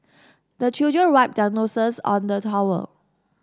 the children wipe their noses on the towel